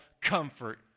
comfort